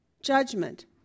judgment